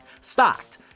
stocked